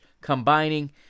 combining